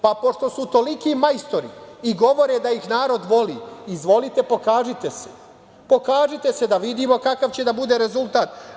Pošto su toliki majstori i govore da ih narod voli, izvolite, pokažite se, pokažite se da vidimo kakav će da bude rezultat.